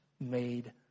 made